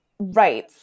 Right